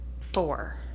four